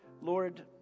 Lord